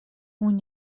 اون